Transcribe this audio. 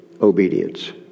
obedience